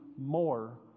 more